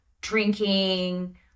drinking